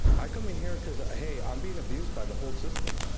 i come in here because, ah hey, i'm being abused by the whole system,